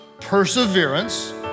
perseverance